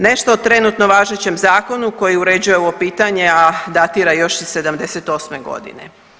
Nešto trenutno o važećem zakonu koji uređuje ovo pitanje, a datira još iz '78. godine.